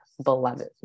beloved